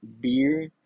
beer